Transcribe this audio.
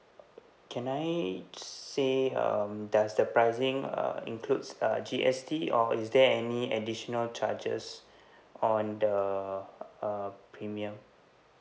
can I say um does the pricing uh includes uh G_S_T or is there any additional charges on the uh premium